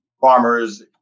farmers